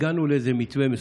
הגענו לאיזה מתווה מסוים.